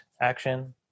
action